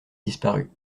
disparut